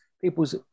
people's